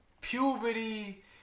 puberty